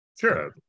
Sure